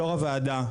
יושבת-ראש הוועדה,